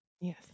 Yes